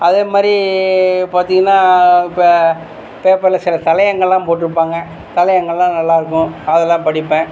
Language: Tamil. அதே மாதிரி பார்த்திங்கன்னா இப்போ பேப்பரில் சில தலையங்கள்லாம் போட்ருப்பாங்க தலையங்கள்லாம் நல்லாருக்கும் அதெல்லாம் படிப்பேன்